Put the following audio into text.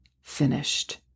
finished